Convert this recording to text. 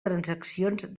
transaccions